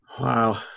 Wow